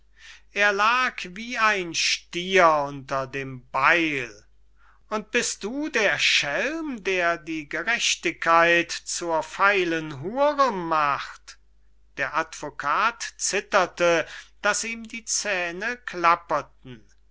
er lag wie ein stier unter dem beil und bist du der schelm der die gerechtigkeit zur feilen hure macht der advokat zitterte daß ihm die zähne klapperten